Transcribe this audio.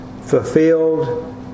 fulfilled